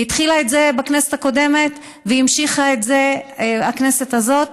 היא התחילה את זה בכנסת הקודמת והמשיכה את זה בכנסת היום.